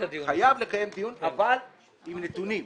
חייב לקיים את הדיון, אבל עם נתונים.